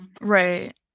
Right